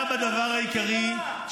ועל בסיס חוות דעת של הגוף הנחקר היא אומרת